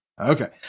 Okay